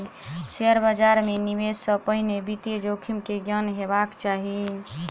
share बाजार मे निवेश से पहिने वित्तीय जोखिम के ज्ञान हेबाक चाही